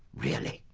really.